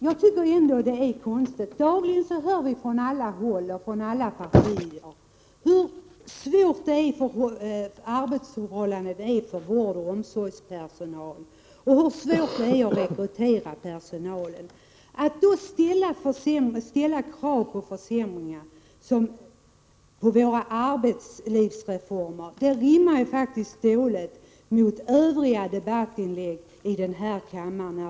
Jag tycker ändå att det är konstigt: dagligen hör vi från alla håll och från alla partier hur svåra arbetsförhållandena är för vårdoch omsorgspersonalen och hur svårt det är att rekrytera personal. Då rimmar det illa att ställa krav på försämringar av våra arbetslivsreformer för vårdoch omsorgspersonalen.